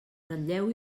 ratlleu